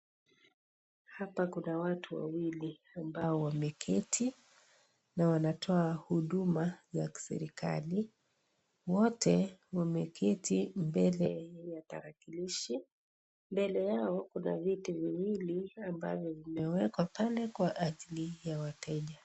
Hapa kuna watu wawili ambao wameketi na wanatoa huduma za kiserikali. Wote wameketi mbele ya tarakilishi. Mbele yao kuna viti viwili ambavyo vimewekwa pale kwa ajili ya wateja.